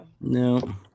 No